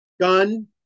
Gun